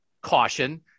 caution